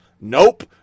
Nope